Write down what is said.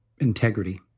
integrity